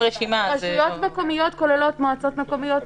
רשויות מקומיות כוללות מועצות מקומיות,